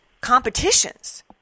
competitions